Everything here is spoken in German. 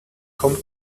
kommt